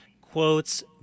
quotes